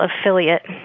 affiliate